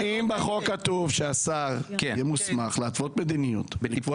אם בחוק כתוב שהשר יהיה מוסמך להתוות מדיניות ולקבוע